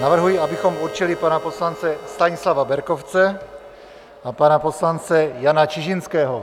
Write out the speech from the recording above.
Navrhuji, abychom určili pana poslance Stanislava Berkovce a pana poslance Jana Čižinského.